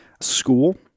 school